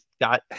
got